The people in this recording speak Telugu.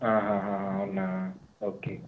అవునా ఓకే